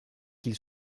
qu’il